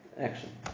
action